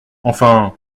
enfin